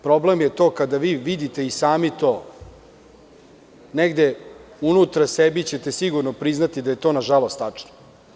Problem je to, kada vi vidite i sami to, negde unutra sebi ćete sigurno priznati da je to nažalost tačno.